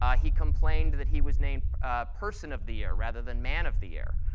ah he complained that he was named person of the year, rather than man of the year.